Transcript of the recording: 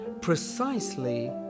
precisely